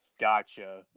Gotcha